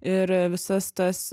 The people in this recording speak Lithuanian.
ir visas tas